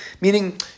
Meaning